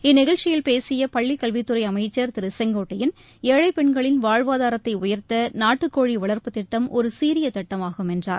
இந்நிகழ்ச்சியில் பேசிய பள்ளிக்கல்வித்துறை அமைச்சர் திரு செங்கோட்டையன் ஏழைப் பெண்களின் வாழ்வாதாரத்தை உயர்த்த நாட்டுக்கோழி வளர்ப்புத் திட்டம் ஒரு சீரியத்திட்டமாகும் என்றார்